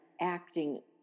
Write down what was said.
acting